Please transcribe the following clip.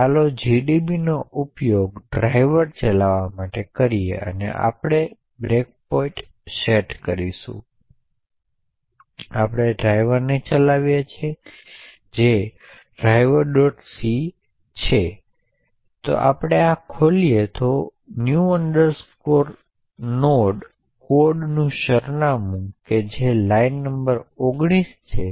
હવે પછીની વસ્તુ જે આપણે ખરેખર જોઈએ છીએ તે કંઈક થ્રેશોલ્ડ તરીકે ઓળખાય છે